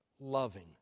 loving